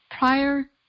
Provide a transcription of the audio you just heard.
Prior